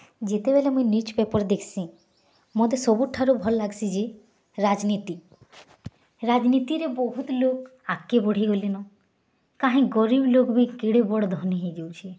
ଯେତେବେଳେ ମୁଇଁ newspaper ଦେଖ୍ସିଁ ମୋତେ ସବୁଠାରୁ ଭଲ୍ ଲାଗ୍ସିଁ ଯେ ରାଜନୀତି ରାଜନୀତରେ ବହୁତ୍ ଲୋକ୍ ଆଗ୍ କି ବଢ଼ିଗଲେନ୍ କାହି ଗରିବ୍ ଲୋକ୍ ବି କିଡ଼େ ବଡ଼୍ ଧନୀ ହୋଇଯାଉଛେ